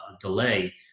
delay